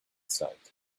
sight